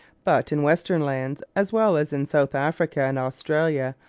but in western lands, as well as in south africa and australia,